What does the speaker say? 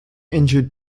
injured